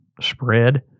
spread